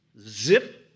Zip